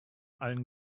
allen